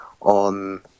on